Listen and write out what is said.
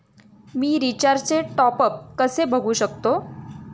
मी रिचार्जचे टॉपअप कसे बघू शकतो?